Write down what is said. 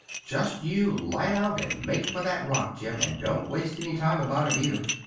just you light out and make for that rock, jim and don't waste any time about it, either.